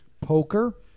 Poker